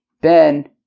Ben